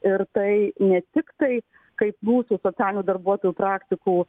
ir tai ne tiktai kaip mūsų socialinių darbuotojų praktikų